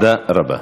תודה רבה.